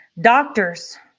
Doctors